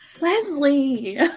Leslie